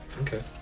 Okay